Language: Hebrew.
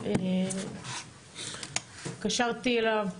התקשרתי אליו,